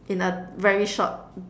in a very short